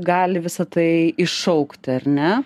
gali visa tai iššaukti ar ne